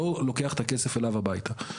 לא לוקח את הכסף אליו הביתה.